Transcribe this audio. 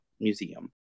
Museum